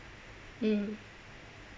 mm